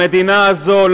המדינה הזו,